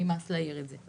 נמאס להעיר על זה,